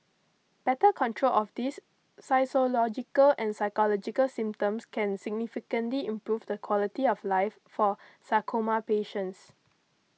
better control of these physiological and psychological symptoms can significantly improve the quality of life for sarcoma patients